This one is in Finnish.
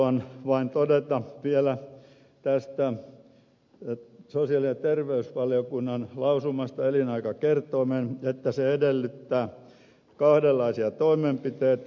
haluan vain todeta vielä tästä sosiaali ja terveysvaliokunnan lausumasta elinaikakertoimen että se edellyttää kahdenlaisia toimenpiteitä